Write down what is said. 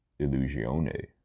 Illusione